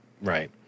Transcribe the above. Right